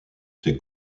ses